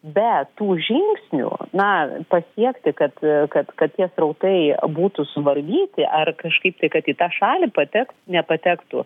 be tų žingsnių na pasiekti kad kad kad tie srautai būtų suvaldyti ar kažkaip tai kad į tą šalį patek nepatektų